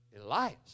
Elias